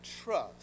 trust